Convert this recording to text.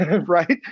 right